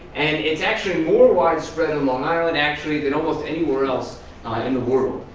and it's actually more widespread in long island actually than almost anywhere else in the world.